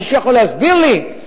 מישהו יכול להסביר לי?